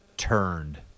Turned